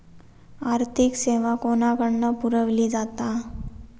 आर्थिक सेवा कोणाकडन पुरविली जाता?